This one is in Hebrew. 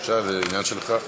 בסדר, זה עניין שלך.